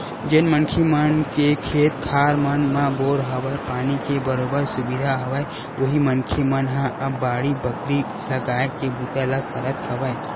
जेन मनखे मन के खेत खार मन म बोर हवय, पानी के बरोबर सुबिधा हवय उही मनखे मन ह अब बाड़ी बखरी लगाए के बूता ल करत हवय